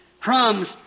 crumbs